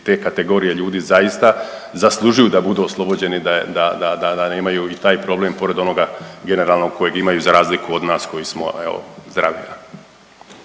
te kategorije ljudi zaista zaslužuju da budu oslobođeni da, da, da nemaju i taj problem pored onoga generalnog kojeg imaju za razliku od nas koji smo evo zdravi.